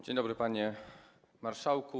Dzień dobry, panie marszałku.